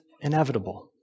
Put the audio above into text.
inevitable